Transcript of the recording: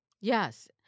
Yes